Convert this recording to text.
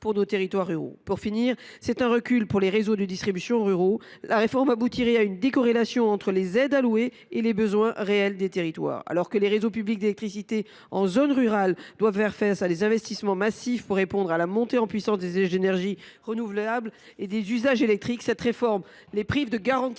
Pour finir, c’est un recul pour les réseaux de distribution ruraux, puisque la réforme aboutirait à une décorrélation entre les aides allouées et les besoins réels des territoires. Alors que les réseaux publics d’électricité en zone rurale doivent faire face à des investissements massifs pour répondre à la montée en puissance des déchets d’énergies renouvelables et des usages électriques, cette réforme les prive de garanties